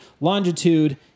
longitude